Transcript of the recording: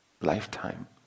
lifetime